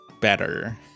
better